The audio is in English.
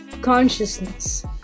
consciousness